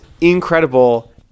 incredible